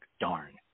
Darn